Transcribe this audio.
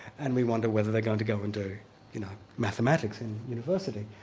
and we wonder whether they're going to go into you know mathematics in university,